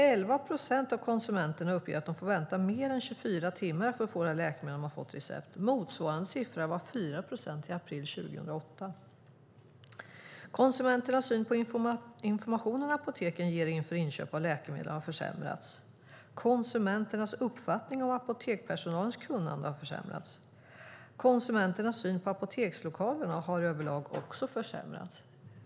11 procent av konsumenterna uppger att de får vänta mer än 24 timmar för att få det läkemedel de har fått recept på. Motsvarande siffra var 4 procent i april 2008. Konsumenternas syn är att informationen apoteken ger inför inköp av läkemedel har försämrats. Konsumenternas uppfattning är att apotekspersonalens kunnande har försämrats. Konsumenternas syn är att apotekslokalerna över lag också har försämrats.